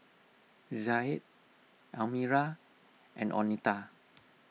Zaid Almira and oneta